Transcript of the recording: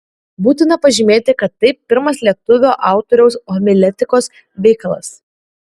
būtina pažymėti kad tai pirmas lietuvio autoriaus homiletikos veikalas